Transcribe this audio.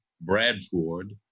Bradford